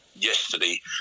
yesterday